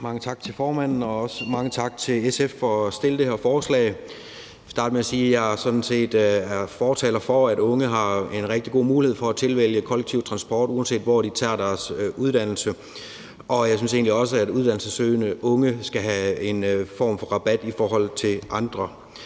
Mange tak til formanden, og også mange tak til SF for at fremsætte det her forslag. Jeg vil starte med sige, at jeg sådan set er fortaler for, at unge har en rigtig god mulighed for at tilvælge kollektiv transport, uanset hvor de tager deres uddannelse, og at jeg egentlig også synes, at uddannelsessøgende unge skal have en form for rabat i forhold til andre.